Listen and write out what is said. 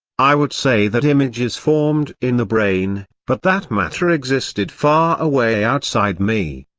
i would say that images formed in the brain, but that matter existed far away outside me.